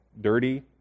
dirty